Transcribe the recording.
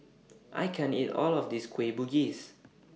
I can't eat All of This Kueh Bugis